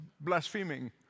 blaspheming